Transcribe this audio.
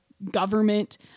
government